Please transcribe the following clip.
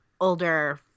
older